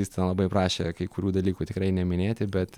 jis ten labai prašė kai kurių dalykų tikrai neminėti bet